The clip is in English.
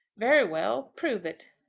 very well. prove it.